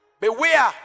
Beware